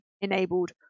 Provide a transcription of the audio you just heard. enabled